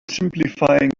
simplifying